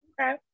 okay